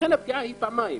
לכן הפגיעה היא פעמיים.